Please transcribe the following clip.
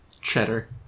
cheddar